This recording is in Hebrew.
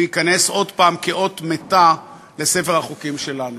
הוא ייכנס עוד פעם כאות מתה לספר החוקים שלנו.